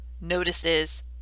notices